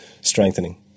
strengthening